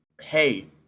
hey